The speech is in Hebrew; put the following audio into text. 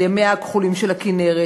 על מימיה הכחולים של הכינרת,